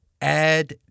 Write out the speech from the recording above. add